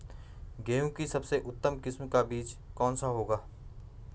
गेहूँ की सबसे उत्तम किस्म का बीज कौन सा होगा?